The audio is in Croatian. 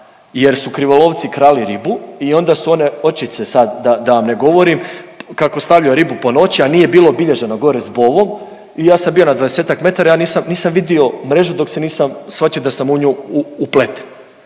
jer su krivolovci krali ribu i onda su one očice sad da, da vam ne govorim, kako stavljaju ribu po noći, a nije bilo obilježeno gore s bovom i ja sam bio na 20-tak metara, ja nisam, nisam vidio mrežu dok se nisam shvatio da sam u nju upleten